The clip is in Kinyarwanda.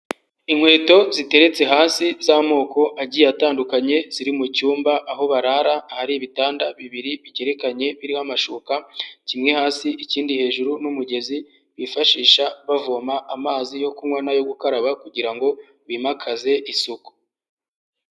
Inkweto ziteretse hasi z'amoko agiye atandukanye, ziri mu cyumba aho barara, hari ibitanda bibiri bigerekanye biriho amashuka, kimwe hasi ikindi hejuru, n'umugezi bifashisha bavoma amazi yo kunywa, n'ayo gukaraba kugira ngo bimakaze isuku.